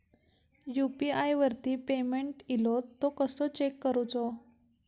UPI वरती payment इलो तो कसो चेक करुचो?